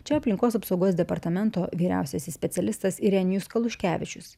čia aplinkos apsaugos departamento vyriausiasis specialistas irenijus kaluškevičius